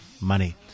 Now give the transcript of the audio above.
money